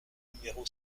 numéro